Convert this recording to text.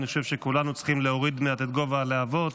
אני חושב שכולנו צריכים להוריד מעט את גובה הלהבות.